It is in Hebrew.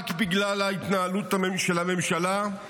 רק בגלל ההתנהלות של הממשלה.